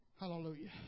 Hallelujah